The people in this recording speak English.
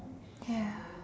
ya